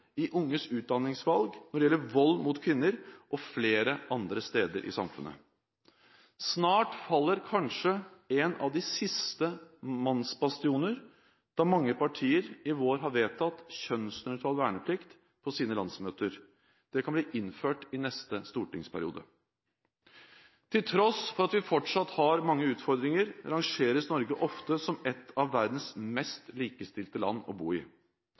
i unges utdanningsvalg, når det gjelder vold mot kvinner, og flere andre steder i samfunnet. Snart faller kanskje en av de siste mannsbastionene, da mange partier i vår har vedtatt kjønnsnøytral verneplikt på sine landsmøter. Det kan bli innført i neste stortingsperiode. Til tross for at vi fortsatt har mange utfordringer, rangeres Norge ofte som et av verdens mest likestilte land å bo i.